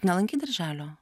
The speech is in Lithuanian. nelankei darželio